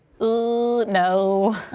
no